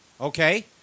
okay